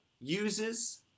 uses